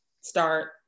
start